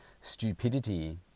stupidity